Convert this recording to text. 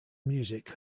music